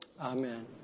Amen